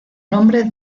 nombre